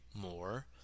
more